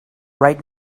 right